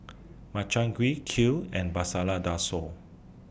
Makchang Gui Kheer and Masala Dosa